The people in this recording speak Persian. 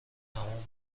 تموم